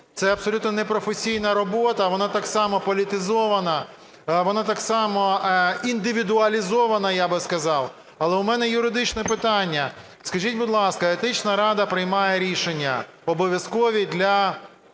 Це абсолютно непрофесійна робота, вона так само політизована, вона так само індивідуалізована, я би сказав. Але в мене юридичне питання. Скажіть, будь ласка, Етична рада приймає рішення, обов'язкові для